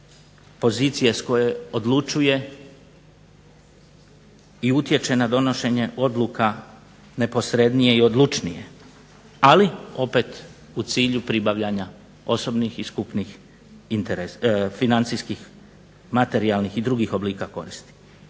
pozicije s koje odlučuje i utječe na donošenje odluka neposrednije i odlučnije. Ali opet u cilju pribavljanja osobnih i skupnih financijskih, materijalnih i drugih oblika koristi.